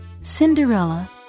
Cinderella